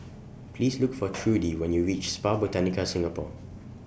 Please Look For Trudi when YOU REACH Spa Botanica Singapore